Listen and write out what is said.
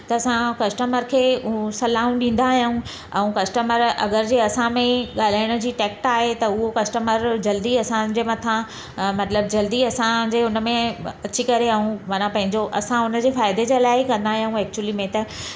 त असां कस्टमर खे उ सलाहूं ॾींदा आयां आहियूं ऐं कस्टमर अगरि जीअं असां में ॻाल्हाइण जी टैक्ट आहे त उहो कस्टमर जल्दी असांजे मथां अ मतिलबु जल्दी असांजे उनमें अची करे ऐं माना पंहिंजो असां हुनजे फ़ाइदे जे लाइ ई कंदा आहियूं एक्चुली में त